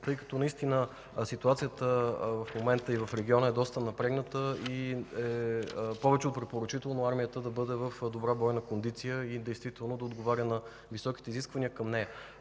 тъй като наистина ситуацията в момента и в региона е доста напрегната. Повече от препоръчително е армията да бъде във добра военна кондиция и действително да отговаря на високите изисквания към нея.